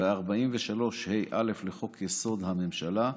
ו-43ה(א) לחוק-יסוד: הממשלה,